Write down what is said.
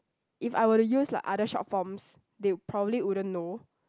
if I were to use like other short forms they would probably wouldn't know